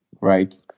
right